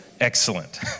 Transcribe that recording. Excellent